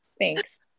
Thanks